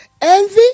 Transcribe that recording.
envy